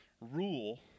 rule